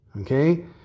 okay